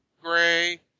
Gray